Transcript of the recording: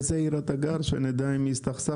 באיזו עיר אתה גר, שנדע עם מי הסתכסכת?